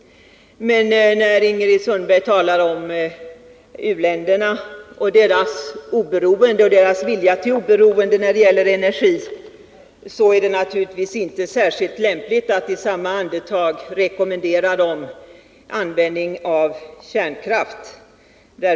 Men när Ingrid Sundberg talar om u-länderna och deras vilja till oberoende då det gäller energi, så är det naturligtvis inte särskilt lämpligt att i samma andetag rekommendera dem användning av kärnkraft.